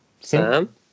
Sam